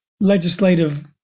legislative